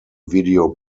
video